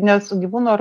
nes gyvūno ar